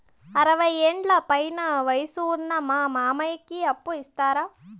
అరవయ్యేండ్ల పైన వయసు ఉన్న మా మామకి అప్పు ఇస్తారా